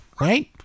right